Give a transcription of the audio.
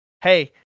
hey